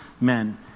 men